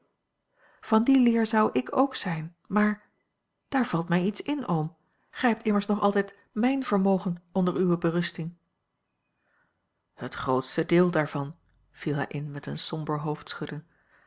van die leer zou ik ook zijn maar daar valt mij iets in oom gij hebt immers nog altijd mijn vermogen onder uwe berusting het grootste deel daarvan viel hij in met een somber